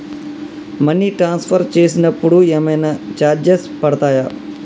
Money transfer చేసినప్పుడు ఏమైనా charges పడతయా?